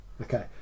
okay